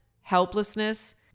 helplessness